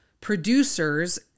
producers